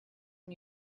and